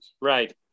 Right